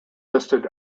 listed